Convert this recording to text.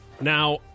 Now